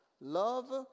love